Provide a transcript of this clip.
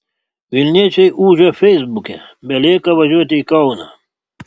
vilniečiai ūžia feisbuke belieka važiuoti į kauną